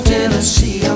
Tennessee